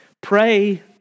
Pray